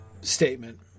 statement